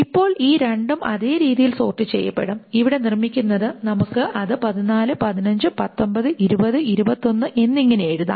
ഇപ്പോൾ ഈ രണ്ടും അതേ രീതിയിൽ സോർട് ചെയ്യപ്പെടും ഇവിടെ നിർമ്മിക്കുന്നത് നമുക്ക് അത് 14 15 19 20 21 എന്നിങ്ങനെ എഴുതാം